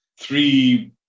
three